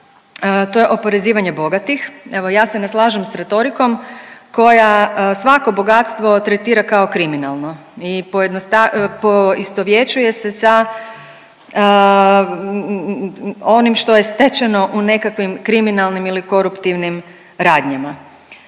to je oporezivanje bogatih. Evo ja se ne slažem s retorikom koja svako bogatstvo tretira kao kriminalno i poistovjećuje se sa onim što je stečeno u nekakvim kriminalnim ili koruptivnim radnjama.